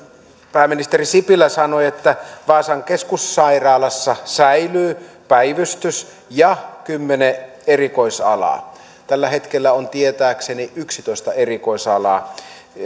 pääministeri sipilä sanoi että vaasan keskussairaalassa säilyy päivystys ja kymmenen erikoisalaa tällä hetkellä on tietääkseni yksitoista erikoisalaa